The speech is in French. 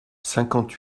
cinquante